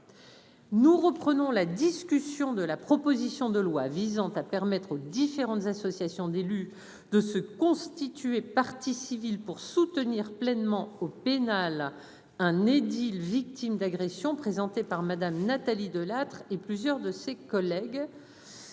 Nous reprenons la discussion de la proposition de loi visant à permettre aux différentes associations d'élus, de se constituer partie civile pour soutenir pleinement au pénal un édile victime d'agressions, présenté par Madame Nathalie Delattre et plusieurs de ses collègues